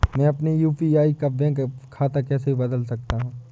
मैं अपने यू.पी.आई का बैंक खाता कैसे बदल सकता हूँ?